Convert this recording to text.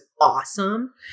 awesome